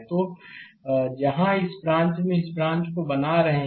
तो यह जहां इस ब्रांच में इस ब्रांच को बना रहे हैं